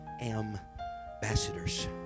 ambassadors